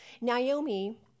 Naomi